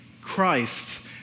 Christ